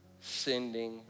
sending